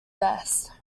best